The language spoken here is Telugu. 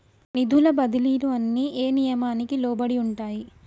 నిధుల బదిలీలు అన్ని ఏ నియామకానికి లోబడి ఉంటాయి?